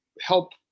help